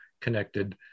connected